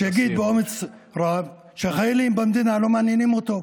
שיגיד באומץ רב שהחיילים במדינה לא מעניינים אותו.